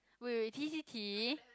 wait wait t_c_t